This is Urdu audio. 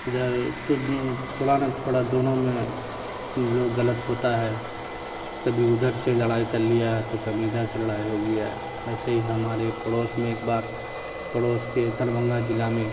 ادھر تھوڑا نہ تھوڑا دونوں میں لوگ غلط ہوتا ہے کبھی ادھر سے لڑائی کر لیا تو کبھی ادھر سے لڑائی ہوگیا ویسے ہی ہمارے پڑوس میں ایک بار پڑوس کے دربھنگہ ضلع میں